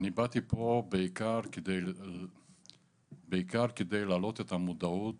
אני באתי פה בעיקר כדי להעלות את המודעות